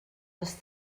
els